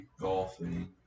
golfing